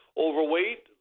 overweight